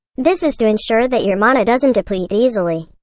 this is to ensure that your mana doesn't deplete easily.